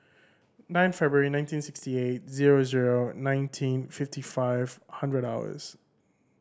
nine February nineteen sixty eight zero zero nineteen fifty five hundred hours